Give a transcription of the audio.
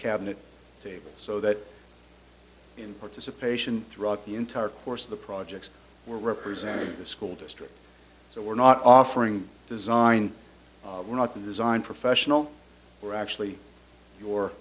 table so that in participation throughout the entire course of the projects we're representing the school district so we're not offering design we're not the design professional we're actually your